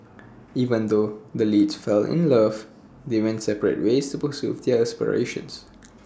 even though the leads fell in love they went separate ways to pursue their aspirations